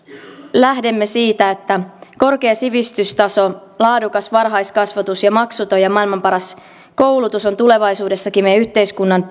lähdemme siitä että korkea sivistystaso laadukas varhaiskasvatus ja maksuton ja maailman paras koulutus ovat tulevaisuudessakin meidän yhteiskuntamme